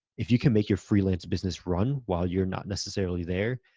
if you can make your freelance business run while you're not necessarily there,